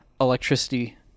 electricity